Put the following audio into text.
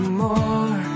more